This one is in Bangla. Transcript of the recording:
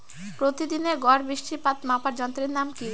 প্রতিদিনের গড় বৃষ্টিপাত মাপার যন্ত্রের নাম কি?